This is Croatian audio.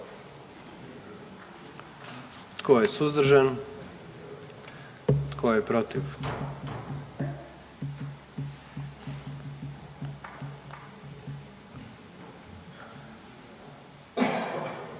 Tko je suzdržan? I tko je protiv?